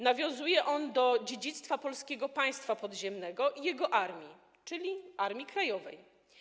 Nawiązuje on do dziedzictwa Polskiego Państwa Podziemnego i jego armii, czyli Armii Krajowej.